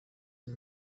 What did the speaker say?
uyu